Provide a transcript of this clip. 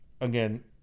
again